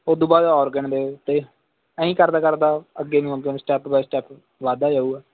ਉਹ ਦੂ ਬਾਅਦ ਔਰਗਨ ਦੇ 'ਤੇ ਐਂ ਕਰਦਾ ਕਰਦਾ ਅੱਗੇ ਨੂੰ ਸਟੈਪ ਬਾਏ ਸਟੈਪ ਵਧਦਾ ਜਾਵੇਗਾ